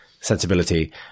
sensibility